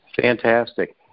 Fantastic